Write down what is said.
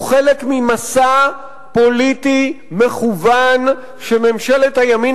הוא חלק ממסע פוליטי מכוון שממשלת הימין